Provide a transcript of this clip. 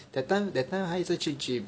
that time that time 他一直去 gym